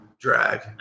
drag